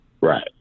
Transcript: Right